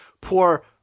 Poor